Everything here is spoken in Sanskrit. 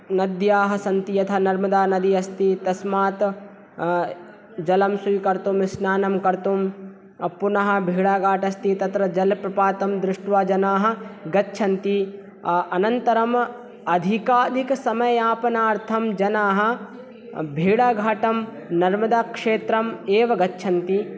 नद्यः सन्ति यथा नर्मदा नदी अस्ति तस्मात् जलं स्वीकर्तुं स्नानं कर्तुं पुनः भेडाघाट् अस्ति तत्र जलप्रपातं दृष्ट्वा जनाः गच्छन्ति अनन्तरम् अधिकाधिकसमयपनयार्थं जनाः भेडाघाटं नर्मदाक्षेत्रमेव गच्छन्ति